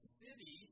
city